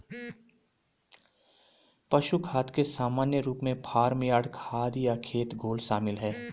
पशु खाद के सामान्य रूपों में फार्म यार्ड खाद या खेत घोल शामिल हैं